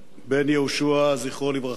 בן יהושע, זכרו לברכה,